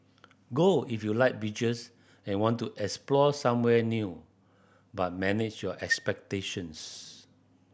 go if you like beaches and want to explore somewhere new but manage your expectations